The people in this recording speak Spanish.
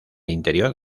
interior